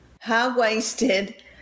High-waisted